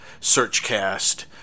Searchcast